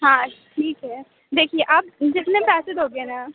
हाँ ठीक है देखिए आप जितने पैसे दोगे ना